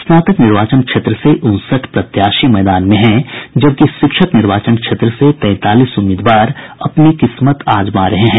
स्नातक निर्वाचन क्षेत्र से उनसठ प्रत्याशी मैदान में हैं जबकि शिक्षक निर्वाचन क्षेत्र से तैंतालीस उम्मीदवार अपनी किस्मत आजमा रहे हैं